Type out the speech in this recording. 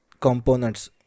components